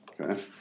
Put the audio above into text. Okay